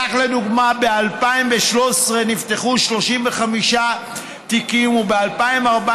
כך, לדוגמה, ב-2013 נפתחו 35 תיקים, וב-2014,